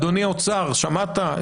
אדוני האוצר, שמעת?